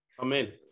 Amen